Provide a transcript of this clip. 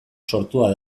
sortua